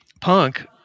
punk